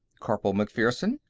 corporal macpherson,